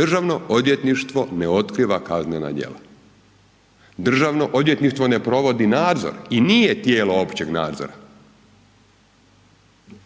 Državno odvjetništvo ne otkiva kaznena djela. Državno odvjetništvo ne provodi nadzor i nije tijelo općeg nadzora.